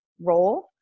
role